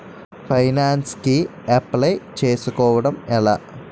Pension కి apply చేసుకోవడం ఎలా?